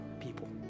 people